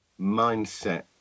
mindset